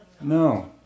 No